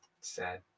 sad